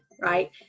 right